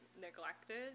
neglected